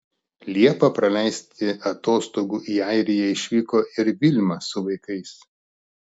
liepą praleisti atostogų į airiją išvyko ir vilma su vaikais